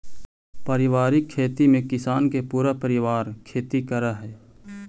पारिवारिक खेती में किसान के पूरा परिवार खेती करऽ हइ